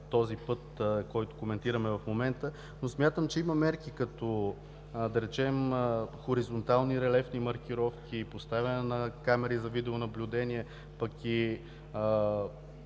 този път, който коментираме в момента, но смятам, че има мерки, като да речем – хоризонтални релефни маркировки, поставяне на камери за видеонаблюдение, пък и